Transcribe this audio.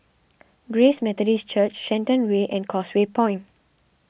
Grace Methodist Church Shenton Way and Causeway Point